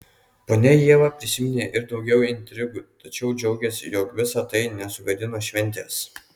ponia ieva prisiminė ir daugiau intrigų tačiau džiaugėsi jog visa tai nesugadino šventės